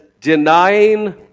denying